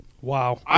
Wow